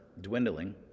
dwindling